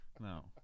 No